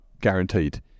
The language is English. guaranteed